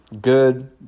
Good